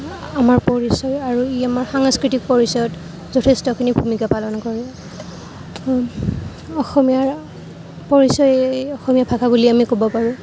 আমাৰ পৰিচয় আৰু ই আমাৰ সাংস্কৃতিক পৰিচয়ত যথেষ্টখিনি ভূমিকা পালন কৰে অসমীয়াৰ পৰিচয় এই অসমীয়া ভাষা বুলি আমি ক'ব পাৰো